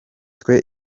twe